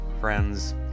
Friends